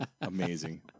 Amazing